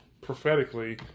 prophetically